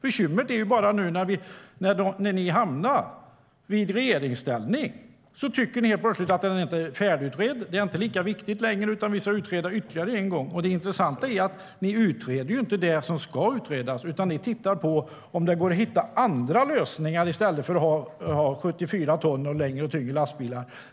Bekymret är att ni, nu när ni har hamnat i regeringsställning, helt plötsligt tycker att det inte är färdigutrett. Det är inte lika viktigt längre, utan vi ska utreda ytterligare en gång. Och det intressanta är att ni inte utreder det som ska utredas. Ni tittar på om det går att hitta andra lösningar i stället för 74 ton och längre och tyngre lastbilar.